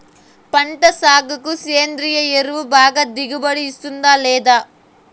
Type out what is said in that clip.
పంట సాగుకు సేంద్రియ ఎరువు బాగా దిగుబడి ఇస్తుందా లేదా